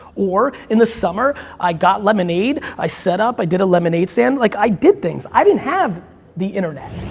or in the summer i got lemonade. i set up, i did a lemonade stand. like i did things. i didn't have the internet.